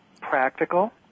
practical